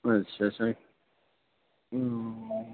اچھا اچھا